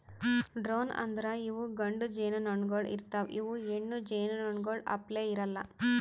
drone ಅಂದುರ್ ಇವು ಗಂಡು ಜೇನುನೊಣಗೊಳ್ ಇರ್ತಾವ್ ಇವು ಹೆಣ್ಣು ಜೇನುನೊಣಗೊಳ್ ಅಪ್ಲೇ ಇರಲ್ಲಾ